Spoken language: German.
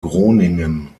groningen